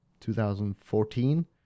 2014